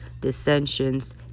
dissensions